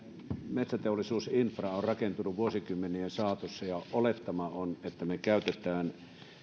metsäteollisuusinfra on rakentunut vuosikymmenien saatossa ja olettama on että me käytämme hyödyksi